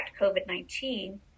COVID-19